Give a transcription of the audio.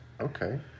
okay